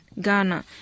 Ghana